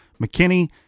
McKinney